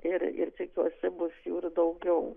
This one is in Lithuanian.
ir ir tikiuosi bus jų ir daugiau